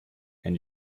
and